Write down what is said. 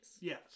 Yes